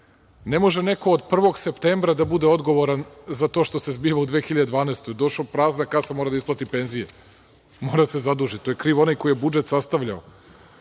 Ne može neko od 1. septembra da bude odgovoran za to što se zbilo u 2012. godini. Došao, prazna kasa, mora da isplati penzije, mora da se zaduži. Tu je kriv onaj ko je budžet sastavljao. Možete